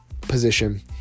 Position